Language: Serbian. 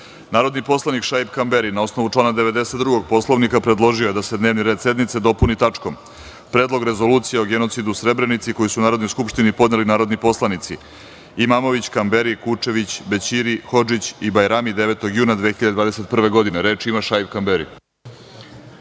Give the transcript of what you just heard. Predlog. Narodni poslanik Šaip Kamberi, na osnovu člana 92. Poslovnika, predložio je da se dnevni red sednice dopuni tačkom – Predlog rezolucije o genocidu u Srebrenici, koji su Narodnoj skupštini podneli narodni poslanici: Imamović, Kamberi, Kučević, Bećiri, Hodžić i Bajrami 9. juna 2021. godine. Reč ima narodni